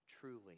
truly